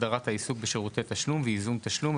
הסדרת העיסוק בשירותי תשלום וייזום תשלום,